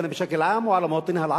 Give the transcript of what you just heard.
עדיף שלא.